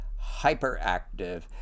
hyperactive